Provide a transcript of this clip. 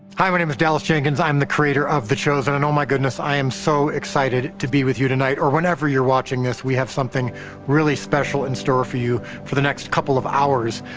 hi, my name is dallas jenkins, i'm the creator of the chosen and oh my goodness, i am so excited to be with you tonight or wherever you're watching this, we have something really special in store for you for the next couple of hours.